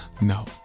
No